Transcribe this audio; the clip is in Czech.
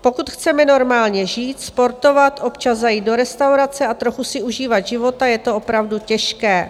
Pokud chceme normálně žít, sportovat, občas zajít do restaurace a trochu si užívat života, je to opravdu těžké.